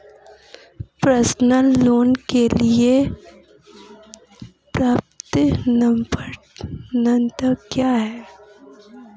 Personal loan के लिए पात्रता मानदंड क्या हैं?